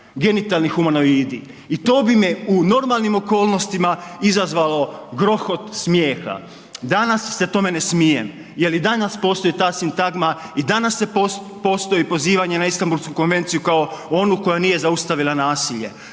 genitalni humanoidi. I to bi me u normalnim okolnostima izazvalo grohot smijeha, danas se tome ne smijem jer i danas postoji ta sintagma i danas se postoji pozivanje na Istanbulsku konvenciju kao onu koja nije zaustavila nasilje.